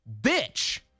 bitch